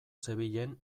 zebilen